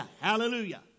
hallelujah